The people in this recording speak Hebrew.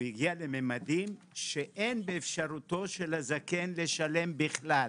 הוא הגיע לממדים שאין באפשרותו של הזקן לשלם בכלל.